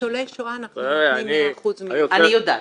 בניצולי שואה אנחנו נותנים 100%. אני יודעת,